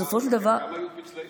אה, גם אצלכם היו פצלי שמן?